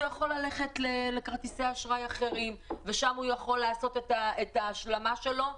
הוא יכול ללכת לכרטיסי אשראי אחרים ושם הוא יכול לעשות את ההשלמה שלו.